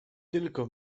tylko